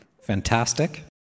Fantastic